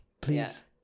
please